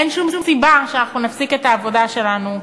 אין שום סיבה שאנחנו נפסיק את העבודה שלנו.